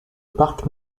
parc